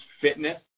fitness